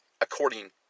according